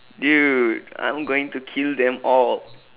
dude I am going to kill them all